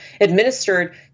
administered